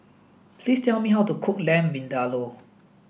please tell me how to cook Lamb Vindaloo